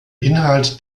inhalt